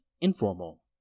informal